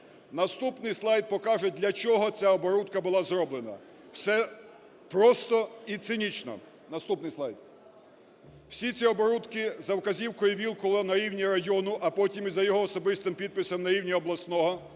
Наступний слайд покаже, для чого ця оборудка була зроблена. Все просто і цинічно. Наступний слайд. Всі ці оборудки за вказівкою Вілкула на рівні району, а потім і, за його особистим підписом, на рівні обласного